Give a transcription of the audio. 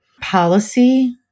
policy